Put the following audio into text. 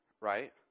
right